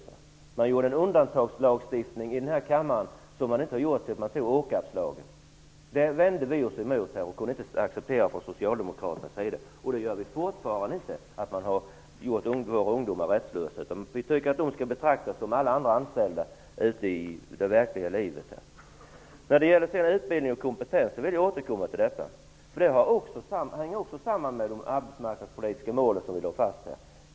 Denna kammare beslutade om en undantagslagstiftning som inte har skett sedan beslutet om Åkarpslagen. Detta vände vi oss emot. Vi kunde inte acceptera detta från socialdemokratisk sida. Vi accepterar fortfarande inte att våra ungdomar har gjorts rättslösa, utan vi tycker att de skall betraktas som alla andra anställda ute i det verkliga livet. Jag vill återkomma till frågan om utbildning och kompetens, för den hänger också samman med de arbetsmarknadspolitiska målen som här har lagts fast.